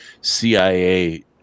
CIA